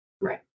Right